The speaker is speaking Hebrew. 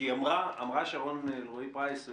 כי אמרה שרון אלרעי-פרייס: